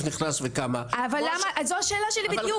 נכנס הכסף וכמה --- אבל זו השאלה שלי בדיוק,